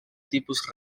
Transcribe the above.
tipus